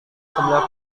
sebelah